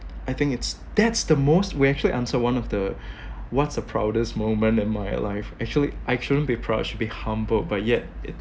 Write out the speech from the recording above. I think it's that's the most we actually answered one of the what's the proudest moment in my life actually I shouldn't be proud I should be humbled but yet it